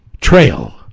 trail